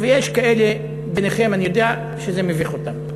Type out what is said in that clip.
ויש כאלה ביניכם, אני יודע, שזה מביך אותם.